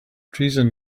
treason